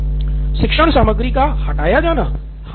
श्याम पॉल शिक्षण सामग्री का हटाया जाना